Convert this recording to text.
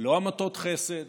לא המתות חסד